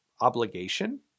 obligation